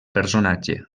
personatge